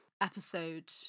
episode